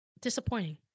disappointing